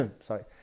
sorry